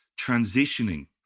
transitioning